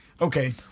Okay